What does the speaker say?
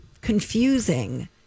confusing